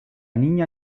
niña